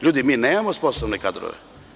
Ljudi, mi nemamo sposobne kadrove.